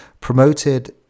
promoted